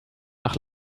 nach